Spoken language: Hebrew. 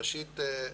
ראשית,